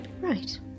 Right